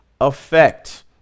effect